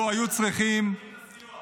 ולו היו צריכים -- אז אל תצביע.